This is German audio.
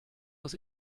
aus